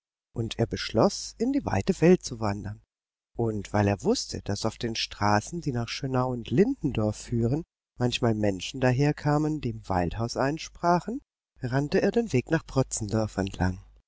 und er beschloß in die weite welt zu wandern und weil er wußte daß auf den straßen die nach schönau und lindendorf führen manchmal menschen daherkamen die im waldhaus einsprachen rannte er den weg nach protzendorf entlang